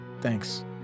thanks